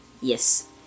Yes